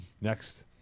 Next